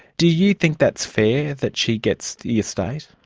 do you think that's fair, that she gets the estate?